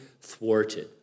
thwarted